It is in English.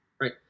right